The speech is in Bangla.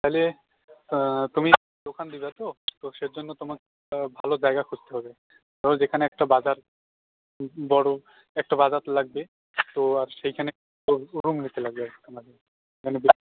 তাহলে তুমি দোকান দেবে তো তো সে জন্য তোমাকে একটা ভালো জায়গা খুঁজতে হবে ধরো যেখানে একটা বাজার বড় একটা বাজার লাগবে তো আর সেইখানে রুম নিতে লাগবে একটা মাঝে মানে